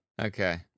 okay